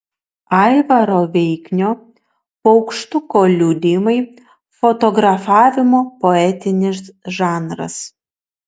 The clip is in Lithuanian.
aivaro veiknio paukštuko liudijimai fotografavimo poetinis žanras